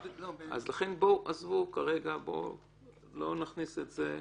לכן עזבו, כרגע לא נכניס את זה.